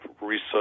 research